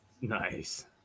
Nice